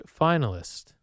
finalist